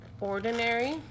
Ordinary